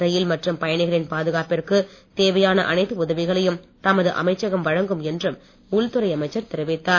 ரயில் பயணிகளின் பாதுகாப்பிற்கு தேவையான மற்றும் அனைத்து உதவிகளையும் தமது அமைச்சகம் வழங்கும் என்றும் உள்துறை அமைச்சர் தெரிவித்தார்